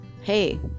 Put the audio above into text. Hey